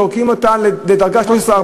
זורקים אותה לדרגה 13 14,